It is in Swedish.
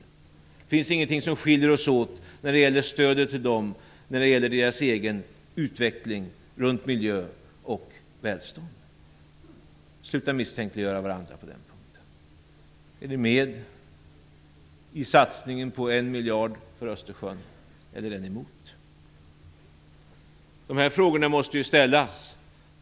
Det finns ingenting som skiljer oss åt när det gäller stödet till dem, och när det gäller deras egen utveckling i fråga om miljö och välstånd. Sluta misstänkliggöra varandra på den punkten. Är ni med i satsningen på 1 miljard kronor för Östersjön, eller är ni emot? Dessa frågor måste ställas.